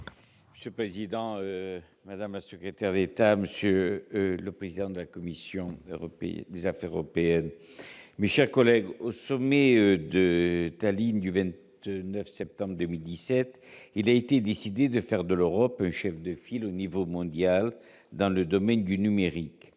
Monsieur le président, madame la secrétaire d'État, monsieur le président de la commission des affaires européennes, mes chers collègues, au sommet de Tallinn du 29 septembre 2017, il a été décidé de faire de l'Europe un chef de file au niveau mondial dans le domaine du numérique.